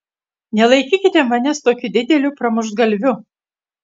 nelaikykite manęs tokiu dideliu pramuštgalviu